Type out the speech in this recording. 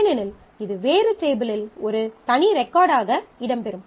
ஏனெனில் இது வேறு டேபிளில் ஒரு தனி ரெக்கார்டு ஆக இடம்பெறும்